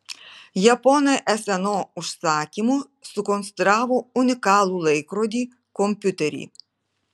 japonai sno užsakymu sukonstravo unikalų laikrodį kompiuterį